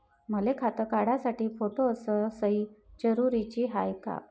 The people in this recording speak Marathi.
मले खातं काढासाठी फोटो अस सयी जरुरीची हाय का?